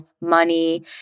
money